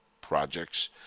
projects